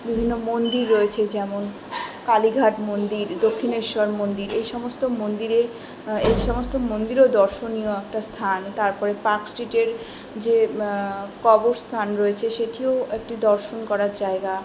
বিভিন্ন মন্দির রয়েছে যেমন কালীঘাট মন্দির দক্ষিণেশ্বর মন্দির এই সমস্ত মন্দিরে এই সমস্ত মন্দিরও দর্শনীয় একটা স্থান তারপরে পার্ক স্ট্রিটের যে কবর স্থান রয়েছে সেটিও একটি দর্শন করার জায়গা